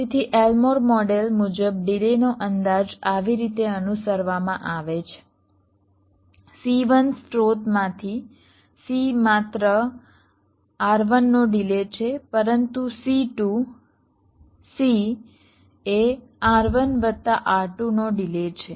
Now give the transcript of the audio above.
તેથી Elmore model મુજબ ડિલેનો અંદાજ આવી રીતે અનુસરવામાં આવે છે C1 સ્રોતમાંથી C માત્ર R1 નો ડિલે છે પરંતુ C2 C એ R1 વત્તા R2 નો ડિલે છે